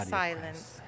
silence